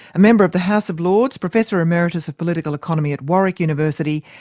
a member of the house of lords, professor emeritus of political economy at warwick university,